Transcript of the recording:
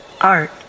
art